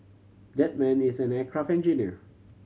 that man is an aircraft engineer